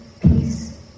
peace